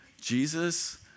Jesus